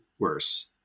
worse